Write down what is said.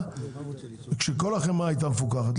כשכל החמאה הייתה מפוקחת,